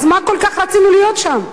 אז מה כל כך רצינו להיות שם?